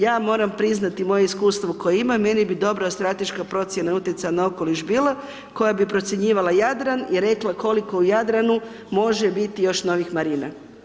Ja moram priznati moje iskustvo koje imam, meni bi dobra strateška procjena utjecaja na okoliš bila koja bi procjenjivala Jadran i rekla koliko u Jadranu može biti još novih marina.